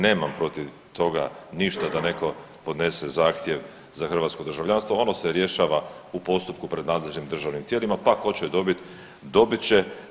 Nemam protiv toga ništa da netko podnese zahtjev za hrvatsko državljanstvo, ono se rješava u postupku pred nadležnim državnim tijelima, pa tko će dobit dobit će.